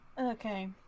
Okay